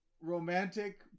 romantic